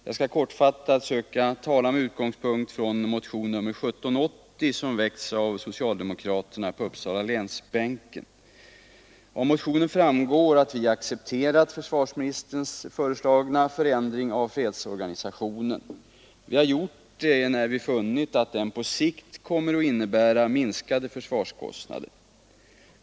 Jag skall kortfattat söka tala med utgångspunkt från motionen 1780, som väckts av socialdemokraterna på Uppsalabänken. Av motionen framgår att vi accepterat försvarsministerns föreslagna förändring av fredsorganisationen. Vi har gjort det, enär vi funnit att den på sikt kommer att innebära minskade försvarskostnader.